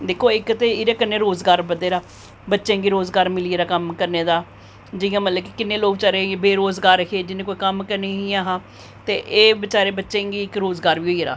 दिक्खो इक्क ते एह्दे कन्नै रोज़गार बधै दा बच्चें गी रोज़गार मिली गेदा कम्म करने दा जियां मतलब किन्ने लोग बेचारे बेरोज़गार हे उनें ई कोई कम्म गै निं हा ते एह् इक्क बेचारें बच्चें गी रोज़गार बी होई गेदा